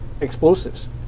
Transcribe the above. explosives